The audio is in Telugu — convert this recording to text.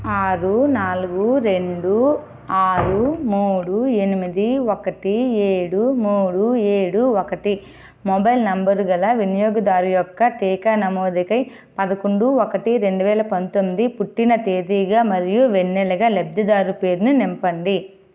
ఆరు నాలుగు రెండు ఆరు మూడు ఎనిమిది ఒకటి ఏడు మూడు ఏడు ఒకటి మొబైల్ నంబరు గల వినియోగదారు యొక్క టీకా నమోదుకై పదకొండు ఒకటి రెండు వేల పంతొమ్మిది పుట్టిన తేదీగా మరియు వెన్నెలగా లబ్ధిదారు పేరుని నింపండి